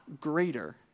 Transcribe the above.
greater